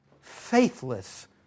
faithless